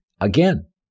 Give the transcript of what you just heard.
Again